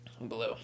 Blue